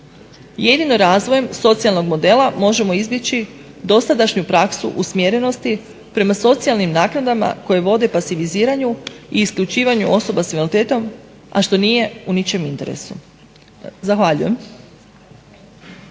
Jedino razvojem socijalnog modela možemo izbjeći dosadašnju praksu usmjerenosti prema socijalnim naknadama koje vode pasiviziranju i isključivanju osoba s invaliditetom a što nije u ničijem interesu. Zahvaljujem.